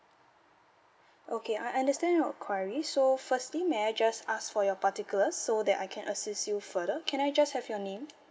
okay I understand your query so firstly may I just ask for your particular so that I can assist you further can I just have your name